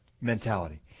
mentality